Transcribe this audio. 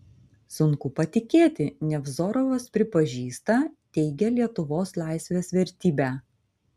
sunku patikėti nevzorovas pripažįsta teigia lietuvos laisvės vertybę